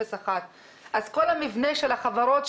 אז כל המבנה של החברות,